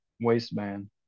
waistband